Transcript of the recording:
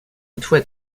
toutefois